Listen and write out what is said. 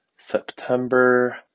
September